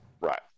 right